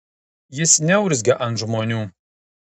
jis neurzgia ant žmonių